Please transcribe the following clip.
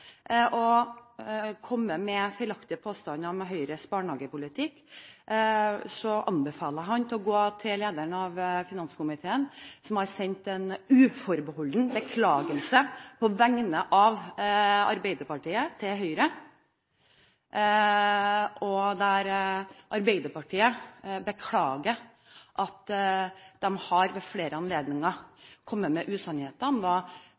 å komme med feilaktige påstander om Høyres barnehagepolitikk, anbefaler jeg ham å gå til lederen av finanskomiteen, som har sendt en uforbeholden beklagelse på vegne av Arbeiderpartiet til Høyre, der Arbeiderpartiet beklager at de ved flere anledninger har